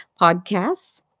podcasts